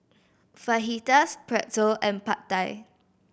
Fajitas Pretzel and Pad Thai